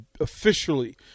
officially